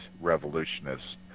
revolutionists